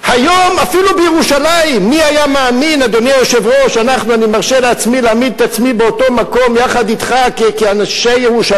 ואני עדיין מאמינה, באמת, בכל לבי.